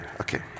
Okay